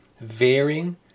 varying